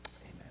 Amen